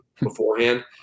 beforehand